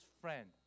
friend